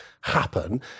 happen